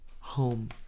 home